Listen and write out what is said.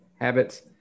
habits